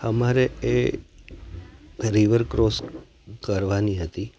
અમારે એ river cross કરવાની હતી